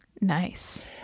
Nice